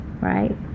right